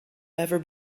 ever